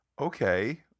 Okay